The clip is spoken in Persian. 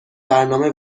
برنامه